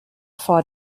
vor